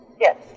Yes